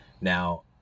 Now